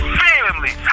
family